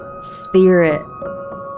spirit